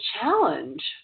challenge